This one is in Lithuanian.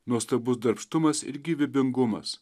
nuostabus darbštumas ir gyvybingumas